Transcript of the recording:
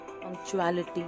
punctuality